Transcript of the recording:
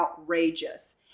outrageous